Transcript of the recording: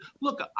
look